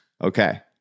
okay